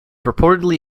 reportedly